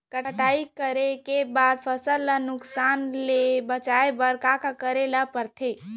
कटाई करे के बाद फसल ल नुकसान ले बचाये बर का का करे ल पड़थे?